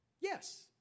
Yes